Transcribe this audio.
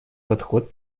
подход